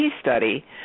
study